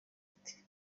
ati